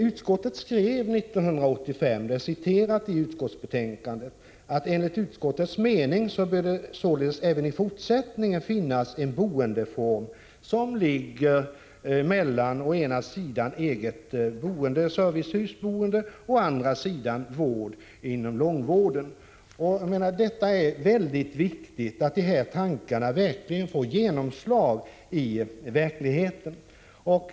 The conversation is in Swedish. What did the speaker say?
Utskottet skrev 1985 — det är citerat i betänkandet: ”Enligt utskottets mening bör det även ——— i fortsättningen finnas en boendeform som ligger mellan å ena sidan eget boende/servicehusboende och å andra sidan vård inom långvården.” Det är viktigt att de tankarna verkligen får genomslagskraft i verkligheten.